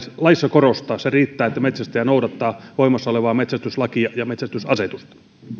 laissa korostaa se riittää että metsästäjä noudattaa voimassa olevaa metsästyslakia ja metsästysasetusta